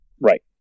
Right